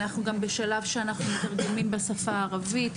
אנחנו גם בשלב שאנחנו מתרגמים בשפה הערבית,